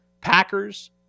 Packers